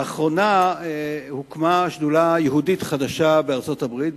לאחרונה הוקמה שדולה יהודית חדשה בארצות-הברית,